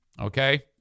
Okay